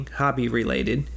hobby-related